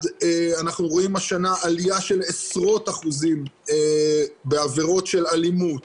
אנחנו רואים השנה עלייה של עשרות אחוזים בעבירות של אלימות,